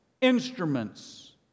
instruments